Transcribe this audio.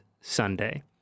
Sunday